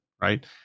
Right